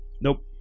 Nope